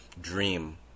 dream